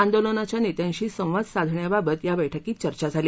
आंदोलनाच्या नेत्यांशी संवाद साधण्याबाबत या बैठकीत चर्चा झाली